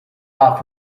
off